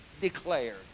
declared